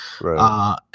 Right